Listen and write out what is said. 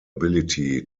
ability